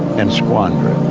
and squander it.